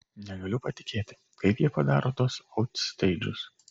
negaliu patikėti kaip jie padaro tuos autsteidžus